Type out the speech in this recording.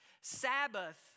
Sabbath